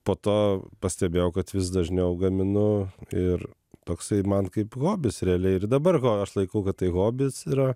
po to pastebėjau kad vis dažniau gaminu ir toksai man kaip hobis realiai ir dabar aš laikau kad tai hobis yra